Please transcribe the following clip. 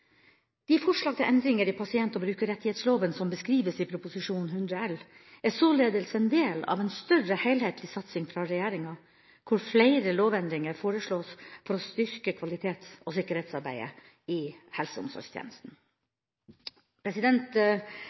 De forslag til endringer i pasient- og brukerrettighetsloven som beskrives i Prop. 100 L for 2012–2013, er således en del av en større, helhetlig satsing fra regjeringa, hvor flere lovendringer foreslås for å styrke kvalitets- og sikkerhetsarbeidet i helse- og omsorgstjenesten.